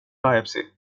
biopsy